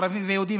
ערבים ויהודים,